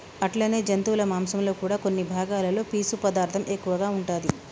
అట్లనే జంతువుల మాంసంలో కూడా కొన్ని భాగాలలో పీసు పదార్థం ఎక్కువగా ఉంటాది